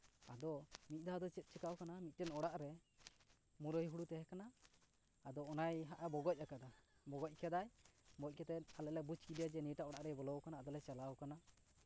ᱟᱫᱚ ᱢᱤᱫ ᱫᱷᱟᱣ ᱫᱚ ᱪᱮᱫ ᱪᱮᱠᱟᱣ ᱠᱟᱱᱟ ᱢᱤᱫᱴᱮᱱ ᱚᱲᱟᱜ ᱨᱮ ᱢᱩᱨᱟᱹᱭ ᱦᱩᱲᱩ ᱛᱟᱦᱮᱸ ᱠᱟᱱᱟ ᱟᱫᱚ ᱚᱱᱟ ᱦᱟᱸᱜ ᱮ ᱵᱚᱜᱚᱡ ᱟᱠᱟᱫᱟ ᱵᱚᱜᱚᱡ ᱠᱟᱫᱟᱭ ᱵᱚᱜᱚᱡ ᱠᱟᱛᱮᱫ ᱟᱞᱮ ᱞᱮ ᱵᱩᱡᱽ ᱠᱮᱫᱮᱭᱟ ᱡᱮ ᱱᱤᱭᱟᱹᱴᱟᱜ ᱚᱲᱟᱜ ᱨᱮᱭ ᱵᱚᱞᱚᱣ ᱠᱟᱱᱟ ᱟᱫᱚᱞᱮ ᱪᱟᱞᱟᱣ ᱠᱟᱱᱟ